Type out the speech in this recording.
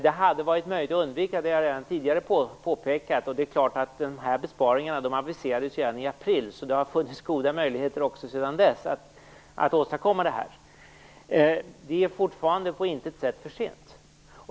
Det hade varit möjligt att undvika det, som jag redan tidigare har påpekat. Dessa besparingar aviserades redan i april, så det har funnits goda möjligheter sedan dess att åstadkomma det. Det är fortfarande på intet sätt för sent.